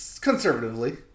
conservatively